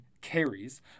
carries